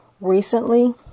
recently